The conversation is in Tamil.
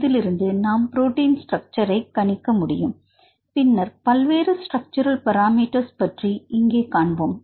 இதிலிருந்து நாம் ப்ரோட்டின் ஸ்ட்ரக்சர் ஐ கணிக்கமுடியும் பின்னர் பல்வேறு ஸ்ட்ரக்சுரல் பராமீட்டர்ஸ் பற்றி காண்போம்